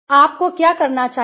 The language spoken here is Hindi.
आपको क्या करना चाहिए